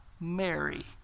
Mary